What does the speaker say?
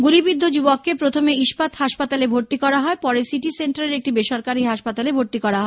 গুলিবিদ্ধ যুবককে প্রথমে ইস্পাত হাসপাতালে ভর্তি করা হয় পরে সিটি সেন্টারের একটি বেসরকারি হাসপাতালে ভর্তি করা হয়েছে